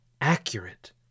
accurate